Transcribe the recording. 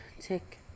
Tick